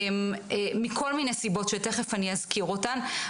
מכל מיני סיבות שתכף אני אזכיר אותן,